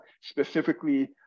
specifically